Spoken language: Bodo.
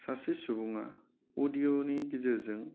सासे सुबुङा अदिअ'नि गेजेरजों